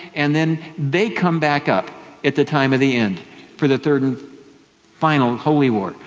and then they come back up at the time of the end for the third and final holy war.